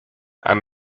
and